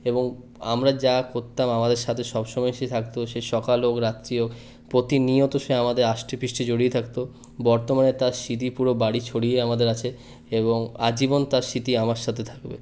এবং আমরা যা করতাম আমাদের সাথে সবসময় সে থাকতো সে সকাল হোক রাত্রি হোক প্রতিনিয়ত সে আমাদের আষ্টে পৃষ্টে জড়িয়ে থাকতো বর্তমানে তার স্মৃতি পুরো বাড়ি ছড়িয়ে আমাদের আছে এবং আজীবন তার স্মৃতি আমার সাথে থাকবে